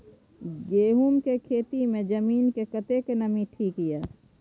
गहूम के खेती मे जमीन मे कतेक नमी ठीक ये?